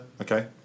Okay